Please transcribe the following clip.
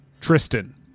Tristan